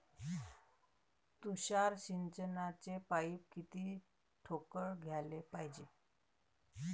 तुषार सिंचनाचे पाइप किती ठोकळ घ्याले पायजे?